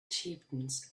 chieftains